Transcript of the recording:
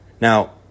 Now